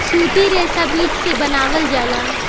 सूती रेशा बीज से बनावल जाला